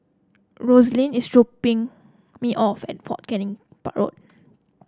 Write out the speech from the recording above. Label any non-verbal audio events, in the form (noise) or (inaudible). Roslyn is dropping me off at Fort Canning (noise) Road